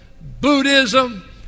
Buddhism